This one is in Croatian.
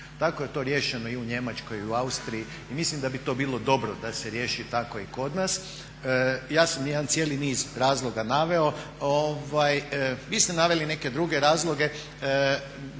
Tako je to riješeno i u Njemačkoj i u Austriji i mislim da bi to bilo dobro da se riješi tako i kod nas. Ja sam jedan cijeli niz razloga naveo, vi ste naveli neke druge razloge